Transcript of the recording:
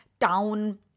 town